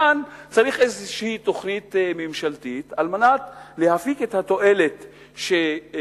כאן צריך איזו תוכנית ממשלתית על מנת להפיק את התועלת שקיימת,